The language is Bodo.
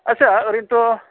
आदसा ओरैनोथ'